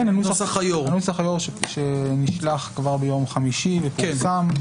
כן, נוסח היו"ר שנשלח כבר ביום חמישי ופורסם.